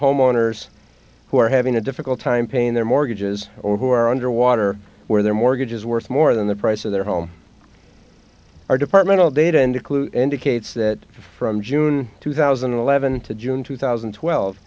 homeowners who are having a difficult time paying their mortgages or who are underwater where their mortgage is worth more than the price of their home are departmental data and clues indicates that from june two thousand and eleven to june two thousand and twelve